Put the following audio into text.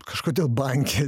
kažkodėl banke